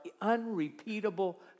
unrepeatable